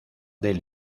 del